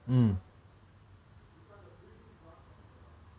in the event that I do what event I do is four hundred metre hurdles